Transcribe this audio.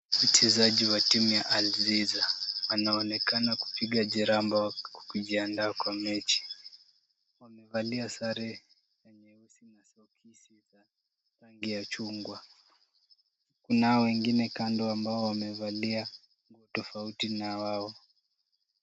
Wachezaji wa timu ya alziza wanaonekana kupiga jeraha ambao kwa kujiandaa kwa mechi wamevalia sare ya rangi nyeusi na soksi si za rangi ya chungwa. kunao wengine kando ambao wamevalia tofauti na wao .